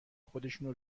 خودشونو